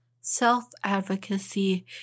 Self-advocacy